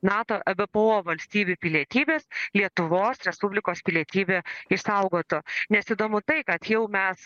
nato ebpo valstybių pilietybes lietuvos respublikos pilietybę išsaugotų nes įdomu tai kad jau mes